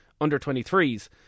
under-23s